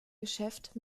geschäft